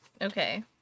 Okay